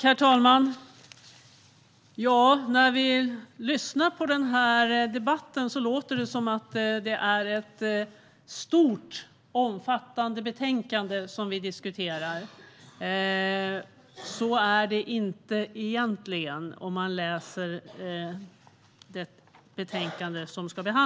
Herr talman! När man lyssnar på den här debatten låter det som att det är ett stort och omfattande betänkande som vi diskuterar. Så är det inte, om man läser det.